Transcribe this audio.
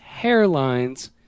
hairlines